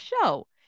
show